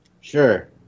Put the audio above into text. Sure